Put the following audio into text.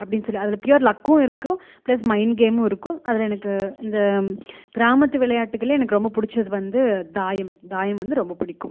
அப்படின்னு சொல்லி அதில் ப்யர் லக்கும் இருக்கும் பிளஸ் மைண்ட் கேமும் இருக்கும் அதில் எனக்கு இந்த கிராமத்து விளையாட்டுக்களில் எனக்கு ரொம்ப பிடிச்சது வந்து தாயம் தாயம் வந்து ரொம்ப பிடிக்கும்